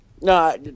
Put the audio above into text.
no